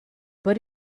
but